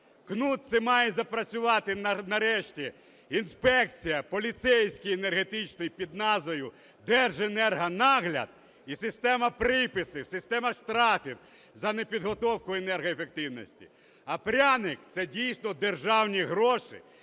Кнут – це має запрацювати нарешті інспекція, поліцейський енергетичний під назвою Держенергонагляд, і система приписів, система штрафів за непідготовку енергоефективності. А пряник – це дійсно державні гроші